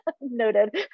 Noted